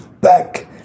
back